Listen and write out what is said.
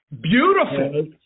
beautiful